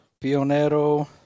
pionero